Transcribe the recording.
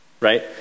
right